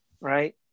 right